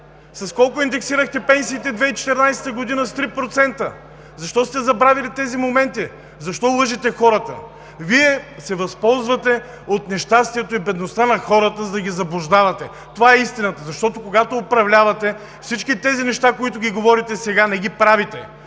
С колко индексирахте пенсиите 2014 г.? С 3%! Защо сте забравили тези моменти? Защо лъжете хората? Вие се възползвате от нещастието и бедността на хората, за да ги заблуждавате – това е истината. Защото, когато управлявате, всички тези неща, които ги говорите сега, не ги правите!